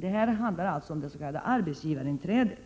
Det handlar om det s.k. arbetsgivarinträdet.